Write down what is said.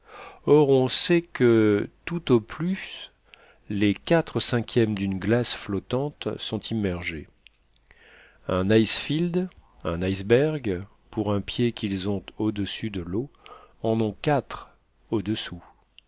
or on sait que tout au plus les quatre cinquièmes d'une glace flottante sont immergés un icefield un iceberg pour un pied qu'ils ont audessus de l'eau en ont quatre au-dessous